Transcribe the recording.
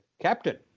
captain